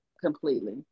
completely